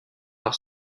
par